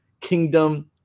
kingdom